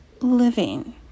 living